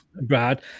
Brad